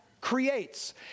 creates